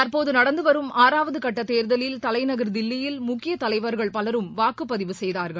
தற்போது நடந்துவரும் ஆறாவது கட்ட தேர்தலில் தலைநகர் தில்லியில் முக்கிய தலைவரகள் பலரும் வாக்குப்பதிவு செய்தார்கள்